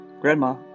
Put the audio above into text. Grandma